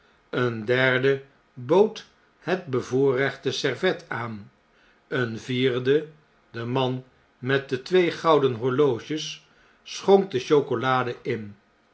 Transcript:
een derde bood het bevoorrechte servet aan een vierde de man met de twee gouden horloges schonk de chocolade in